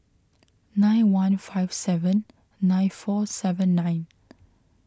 nine one five seven nine four seven nine